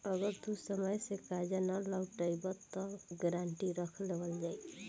अगर तू समय से कर्जा ना लौटइबऽ त गारंटी रख लेवल जाई